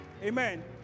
Amen